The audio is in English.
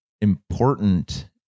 important